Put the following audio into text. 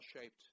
shaped